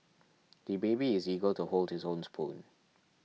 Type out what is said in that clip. the baby is eager to hold his own spoon